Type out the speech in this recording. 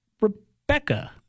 Rebecca